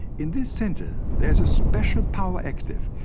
in this center there is a special power active.